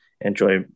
enjoy